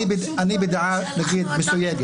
אני בדעה מסויגת